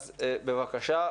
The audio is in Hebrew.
אז בבקשה.